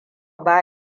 ba